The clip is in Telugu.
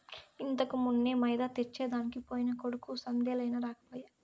ఇంతకుమున్నే మైదా తెచ్చెదనికి పోయిన కొడుకు సందేలయినా రాకపోయే